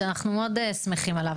שאנחנו מאוד שמחים עליו.